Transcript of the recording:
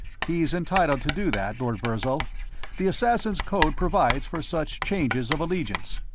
he's entitled to do that, lord virzal the assassins' code provides for such changes of allegiance.